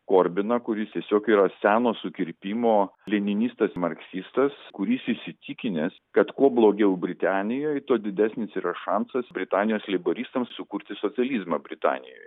korbiną kuris tiesiog yra seno sukirpimo leninistas marksistas kuris įsitikinęs kad kuo blogiau britanijai tuo didesnis yra šansas britanijos leiboristams sukurti socializmą britanijoj